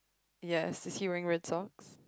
yes is he wearing red socks